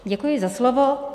Děkuji za slovo.